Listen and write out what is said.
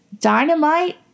Dynamite